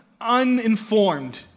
uninformed